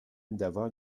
d’avoir